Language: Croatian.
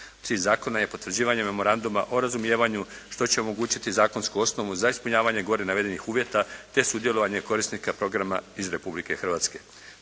zakona je potvrđivanje Memoranduma o razumijevanju što će omogućiti zakonsku osnovu za ispunjavanje gore navedenih uvjeta te sudjelovanje korisnika programa iz Republike Hrvatske.